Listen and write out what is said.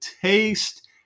taste